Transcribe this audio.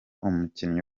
umukinyi